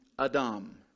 Adam